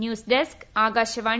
news desk Akashvani